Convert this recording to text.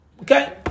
Okay